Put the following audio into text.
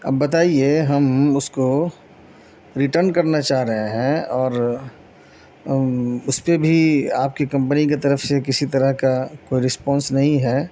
اب بتائیے ہم اس کو ریٹرن کرنا چاہ رہے ہیں اور اس پہ بھی آپ کی کمپنی کی طرف سے کسی طرح کا کوئی رسپونس نہیں ہے